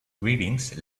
greetings